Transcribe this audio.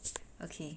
okay